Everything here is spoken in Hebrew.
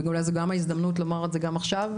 ואולי זאת ההזדמנות לומר את זה גם עכשיו,